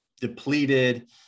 depleted